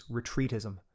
retreatism